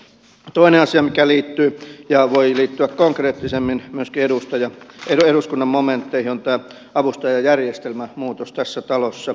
toinen asia mikä voi liittyä konkreettisemmin eduskunnan momentteihin on tämä avustajajärjestelmän muutos tässä talossa